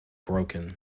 broken